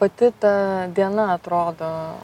pati ta diena atrodo